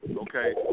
Okay